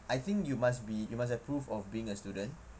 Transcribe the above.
I think you must be you must have proof of being a student